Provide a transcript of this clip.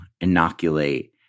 inoculate